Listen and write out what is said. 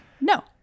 no